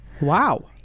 Wow